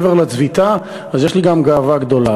מעבר לצביטה, יש לי גם גאווה גדולה.